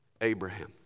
Abraham